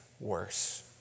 Worse